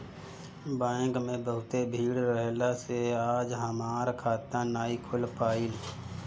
bank में बहुते भीड़ रहला से आज हमार खाता नाइ खुल पाईल